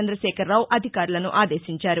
చంద్రశేఖరరావు అధికారులను ఆదేశించారు